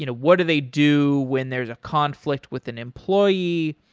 you know what do they do when there's a conflict with an employee?